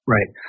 Right